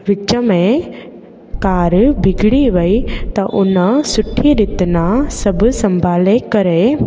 विच में कार बिगड़ी वई त हुन सुठी रीति सां सभु संभाले करे